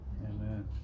Amen